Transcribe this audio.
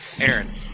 Aaron